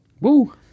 Woo